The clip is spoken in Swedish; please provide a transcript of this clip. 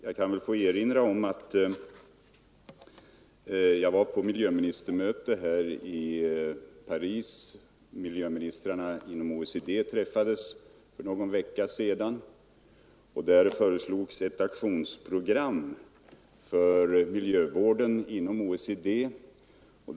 Jag var för någon vecka sedan med på ett miljöministermöte i Paris, där miljöministrarna inom OECD-länderna träffades och där det föreslogs ett aktionsprogram för miljövården inom OECD-området.